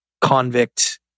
convict